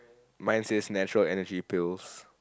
my says natural Energy Pills